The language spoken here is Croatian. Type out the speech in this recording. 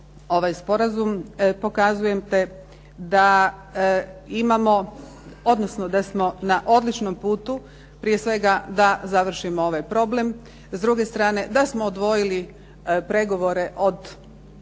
ovaj sporazum, pokazujete da imamo, odnosno da smo na odličnom putu, prije svega da završimo ovaj problem. S druge strane da smo odvojili pregovore od